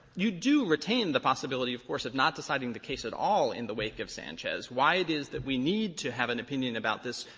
you do retain the possibility, of course, of not deciding the case at all in the wake of sanchez, why it is that we need to have an opinion about this,